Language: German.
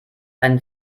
ein